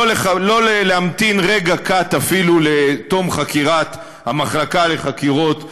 לא ממתינים רגע קט אפילו לתום חקירת המחלקה לחקירות שוטרים,